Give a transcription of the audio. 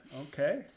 okay